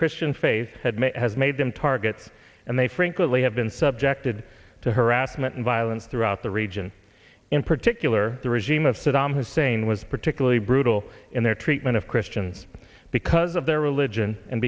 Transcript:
christian faith had made has made them targets and they frankly have been subjected to harassment and violence throughout the region in particular the regime of saddam hussein was particularly brutal in their treatment of christians because of their religion and